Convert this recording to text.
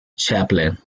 chaplain